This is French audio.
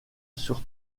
sur